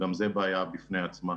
גם זו בעיה בפני עצמה.